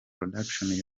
production